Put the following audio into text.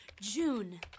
June